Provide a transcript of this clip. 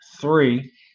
three